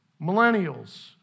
Millennials